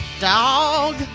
Dog